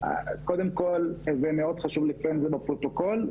חשוב לציין בפרוטוקול,